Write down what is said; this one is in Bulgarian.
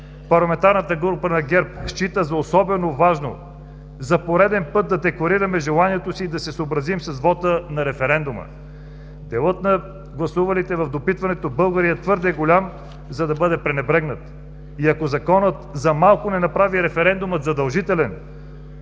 Парламентарната група на ГЕРБ счита за особено важно за пореден път да декларираме желанието си да се съобразим с вота на референдума. Делът на гласувалите в допитването българи е твърде голям, за да бъде пренебрегнат. И ако Законът за малко не направи референдума задължителен,